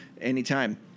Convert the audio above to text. anytime